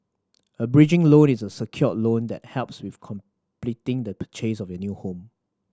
a bridging loan is a secured loan that helps with completing the purchase of your new home